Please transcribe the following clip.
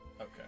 Okay